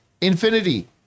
Infinity